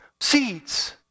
seeds